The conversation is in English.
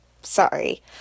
sorry